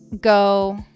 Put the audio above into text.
go –